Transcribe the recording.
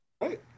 right